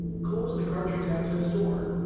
close the cartridge access door.